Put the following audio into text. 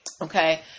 Okay